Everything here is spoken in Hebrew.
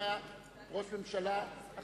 הכול היה אילוצים פוליטיים.